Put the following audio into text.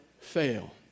fail